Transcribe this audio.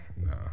Nah